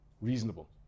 reasonable